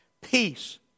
Peace